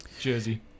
jersey